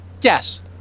Yes